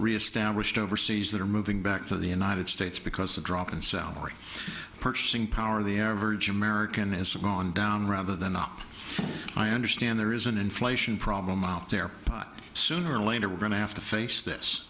reestablished overseas that are moving back to the united states because a drop in salary purchasing power of the average american is a gone down rather than up i understand there is an inflation problem out there but sooner or later we're going to have to face this